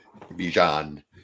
Bijan